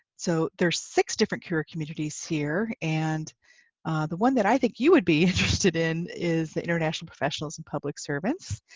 so there's six different career communities here, and the one that i think you would be interested in is the international professionals and public servants